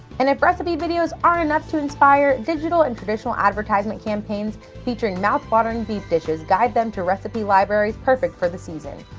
and if recipe videos aren't enough to inspire, digital and traditional advertisement campaigns featuring mouthwatering beef dishes guide them to recipe libraries perfect for the season.